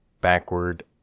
Backward